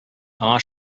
аңа